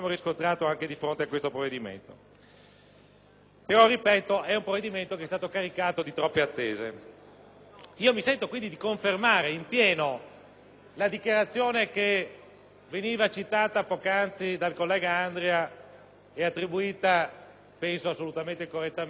che si tratta di un provvedimento che è stato caricato di troppe attese. Mi sento, quindi, di confermare in pieno la dichiarazione che veniva citata poc'anzi dal collega Andria e attribuita assolutamente correttamente, penso, al Presidente del Gruppo cui appartengo,